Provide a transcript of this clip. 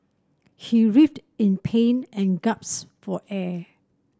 he writhed in pain and gasped for air